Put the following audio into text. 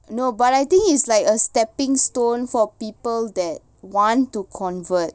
no but I think it's like a stepping stone for people that want to convert